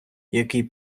який